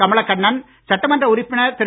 கமலக்கண்ணன் சட்டமன்ற உறுப்பினர் திரு